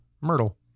Myrtle